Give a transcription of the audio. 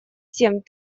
семь